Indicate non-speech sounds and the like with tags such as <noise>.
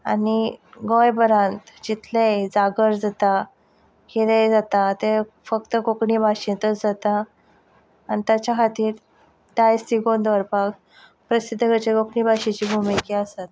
आनी गोंयभरांत जितलेय जागर जाता कितेंय जाता तें फक्त कोंकणी भाशेंतूच जाता आनी ताच्या खातीर दायज तिगोवन दवरपाक <unintelligible> कोंकणी भाशेची भुमिका आसा